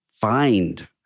find